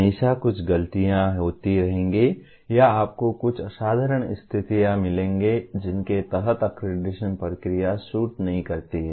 हमेशा कुछ गलतियाँ होती रहेंगी या आपको कुछ असाधारण स्थितियाँ मिलेंगी जिनके तहत अक्रेडिटेशन प्रक्रिया सूट नहीं करती है